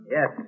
Yes